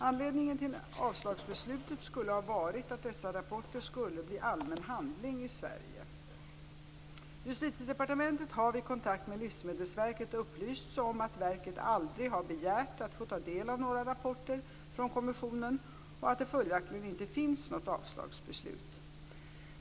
Anledningen till avslagsbeslutet skulle ha varit att dessa rapporter skulle bli allmänna handlingar i Sverige. Justitiedepartementet har vid kontakt med Livsmedelsverket upplysts om att verket aldrig har begärt att få ta del av några rapporter från kommissionen och att det följaktligen inte finns något avslagsbeslut.